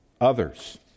others